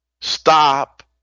stop